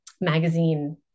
magazine